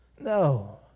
No